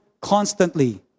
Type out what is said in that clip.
constantly